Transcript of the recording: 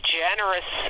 generous